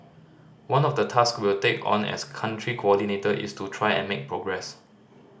one of the task we'll take on as Country Coordinator is to try and make progress